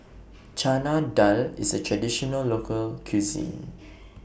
Chana Dal IS A Traditional Local Cuisine